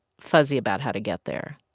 fuzzy about how to get there,